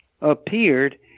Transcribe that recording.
appeared